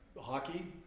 hockey